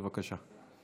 בבקשה.